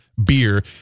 Beer